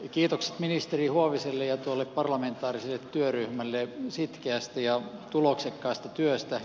kiitokset ministeri huoviselle ja tuolle parlamentaariselle työryhmälle sitkeästä ja tuloksekkaasta työstä